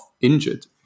injured